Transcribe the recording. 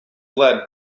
led